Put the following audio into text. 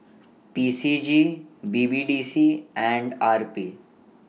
P C G B B D C and R P